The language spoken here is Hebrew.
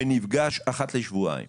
שנפגש אחת לשבועיים,